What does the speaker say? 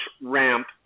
ramp